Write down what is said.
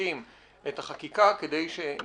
מחזקים את החקיקה כדי שנתקדם.